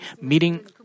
meeting